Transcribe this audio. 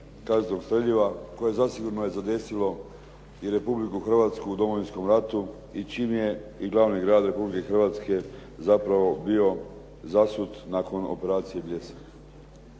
koje zasigurno je zadesilo i Republiku Hrvatsku u Domovinskom ratu i čim je i glavni grad Republike Hrvatske zapravo bio zasut nakon operacije "Bljesak".